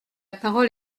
parole